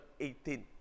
18